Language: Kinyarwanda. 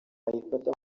ayifata